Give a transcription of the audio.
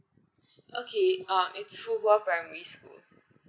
okay is fu hua primary school